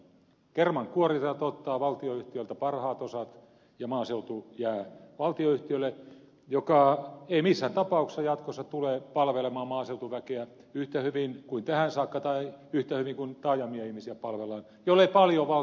kermankuorijat ottavat valtionyhtiöltä parhaat osat ja maaseutu jää valtionyhtiölle joka ei missään tapauksessa jatkossa tule palvelemaan maaseutuväkeä yhtä hyvin kuin tähän saakka tai yhtä hyvin kuin taajamien ihmisiä palvellaan jollei paljon valtio laita siihen rahaa